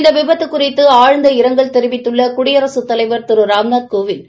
இந்த விபத்து குறித்து ஆழ்ந்த இரங்கல் தெரிவித்துள்ள குடியரசுத் தலைவர் திரு ராம்நாத் கோவிந்த்